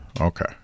Okay